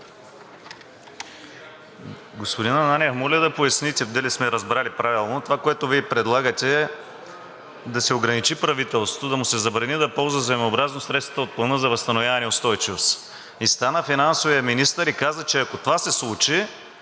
Господин Ананиев, моля да поясните дали сме разбрали правилно. Това, което Вие предлагате, е да се ограничи правителството, да му се забрани да ползва взаимообразно средствата от Плана за възстановяване и устойчивост и стана финансовият министър и каза, че ако това се случи,